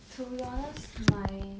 to be honest my